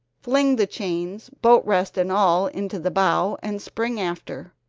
fling the chains, boat-rest and all into the bow, and spring after.